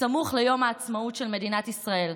סמוך ליום העצמאות של מדינת ישראל,